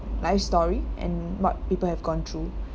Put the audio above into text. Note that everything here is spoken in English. life story and what people have gone through